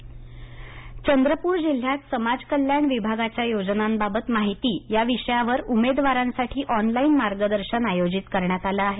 online मार्गदर्शन चंद्रपूर जिल्ह्यात समाजकल्याण विभागाच्या योजनांबाबत माहिती या विषयावर उमेदवारांसाठी ऑनलाइन मार्गदर्शन आयोजित करण्यात आलं आहे